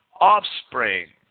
offspring